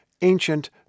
ancient